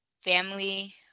family